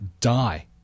die